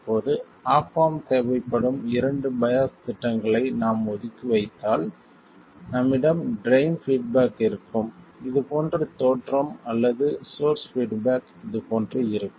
இப்போது op amp தேவைப்படும் இரண்டு பையாஸ்த் திட்டங்களை நாம் ஒதுக்கி வைத்தால் நம்மிடம் ட்ரைன் பீட்பேக் இருக்கும் இது போன்ற தோற்றம் அல்லது சோர்ஸ் பீட்பேக் இது போன்று இருக்கும்